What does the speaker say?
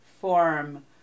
form